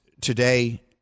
today